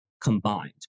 combined